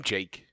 Jake